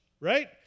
right